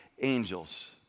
angels